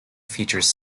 features